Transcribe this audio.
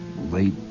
late